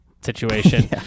situation